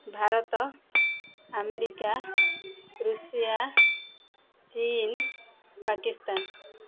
Bharat America Russia ଚୀନ ପାକିସ୍ତାନ